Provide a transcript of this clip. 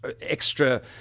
extra